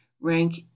rank